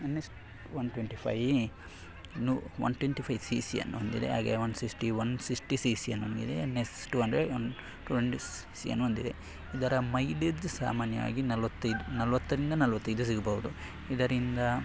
N S one twenty five ನು one twenty five C ಸಿಯನ್ನು ಹೊಂದಿದೆ ಹಾಗೇ one sixty one sixty C ಸಿಯನ್ನು ಹೊಂದಿದೆ N S two hundred one two hundred C ಸಿಯನ್ನು ಹೊಂದಿದೆ ಇದರ ಮೈಲೇಜ್ ಸಾಮಾನ್ಯವಾಗಿ ನಲ್ವತ್ತೈದು ನಲ್ವತ್ತರಿಂದ ನಲ್ವತ್ತೈದು ಸಿಗ್ಬೋದು ಇದರಿಂದ